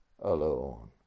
alone